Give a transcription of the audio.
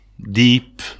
deep